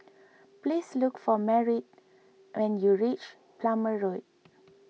please look for Merritt when you reach Plumer Road